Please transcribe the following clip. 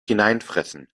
hineinfressen